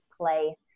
play